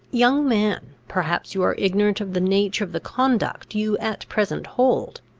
young man, perhaps you are ignorant of the nature of the conduct you at present hold.